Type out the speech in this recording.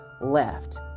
left